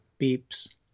beeps